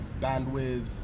bandwidth